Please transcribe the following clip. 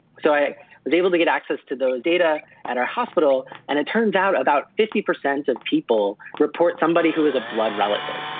so i was able to get access to those data at our hospital, and it turns out about fifty percent of people report somebody who is a blood relative.